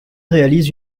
réalise